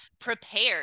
prepared